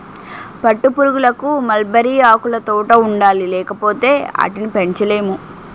పట్టుపురుగులకు మల్బరీ ఆకులుతోట ఉండాలి లేపోతే ఆటిని పెంచలేము